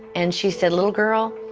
and she said little girl,